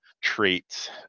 traits